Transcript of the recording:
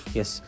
Yes